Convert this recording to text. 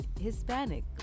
Hispanic